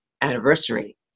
anniversary